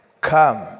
Come